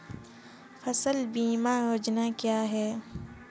फसल बीमा योजना क्या है?